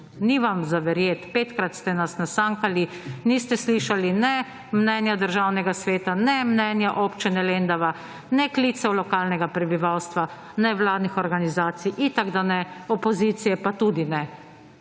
Ni vam za verjeti. Petkrat ste nas nasankali, niste slišali ne mnenje Državnega sveta, ne mnenja občine Lendava, ne klicev lokalnega prebivalstva, nevladnih organizacij itak da ne, opozicije pa tudi ne.